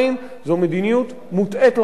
זו מדיניות מוטעית לחלוטין,